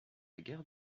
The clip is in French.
guerre